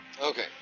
Okay